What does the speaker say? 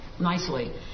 nicely